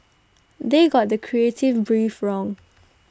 they got the creative brief wrong